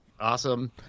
awesome